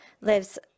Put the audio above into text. lives